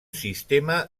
sistema